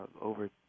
over